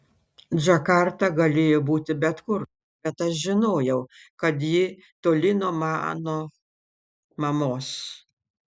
džakarta galėjo būti bet kur bet aš žinojau kad ji toli nuo mano mamos